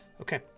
Okay